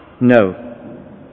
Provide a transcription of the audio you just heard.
No